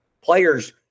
players